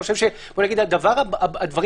הדברים